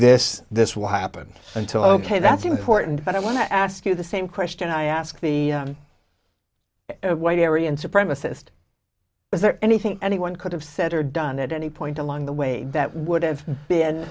this this will happen until ok that's important but i want to ask you the same question i asked the white area and supremacist is there anything anyone could have said or done at any point along the way that would have been